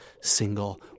single